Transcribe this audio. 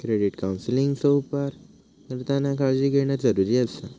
credit काउन्सेलिंगचो अपार करताना काळजी घेणा जरुरी आसा